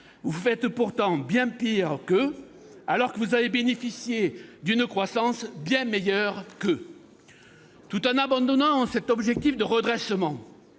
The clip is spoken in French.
vous faites pourtant bien pire, alors que vous avez bénéficié d'une croissance bien meilleure. Tout en abandonnant l'objectif de redressement